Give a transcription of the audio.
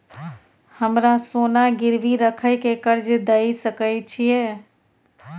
हमरा सोना गिरवी रखय के कर्ज दै सकै छिए?